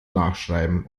nachschreiben